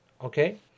okay